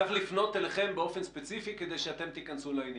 צריך לפנות אליכם באופן ספציפי כדי שאת תכנסו לעניין.